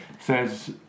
says